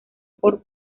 por